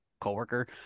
coworker